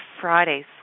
Fridays